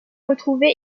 retrouvé